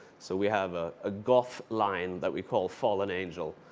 so we have a ah goth line that we call fallen angel.